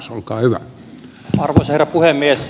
arvoisa herra puhemies